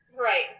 Right